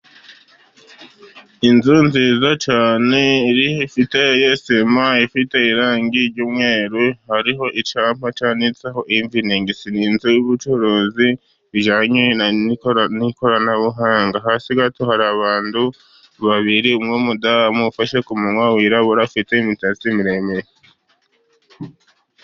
Inzu nziza cyane iteye sima ifite irangi ry'mweru. Hariho icyapa cyanditseho infinigisi. Ni inzu y'ubucuruzi bijyanye n'ikoranabuhanga. Hasi gato hari abantu babiri, umwe w'umudamu ufashe ku munwa wirabura afite imisatsi miremire.